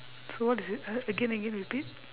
so what is it uh again again repeat